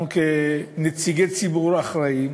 אנחנו, כנציגי ציבור אחראיים?